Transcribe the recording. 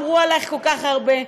אמרו עליך כל כך הרבה,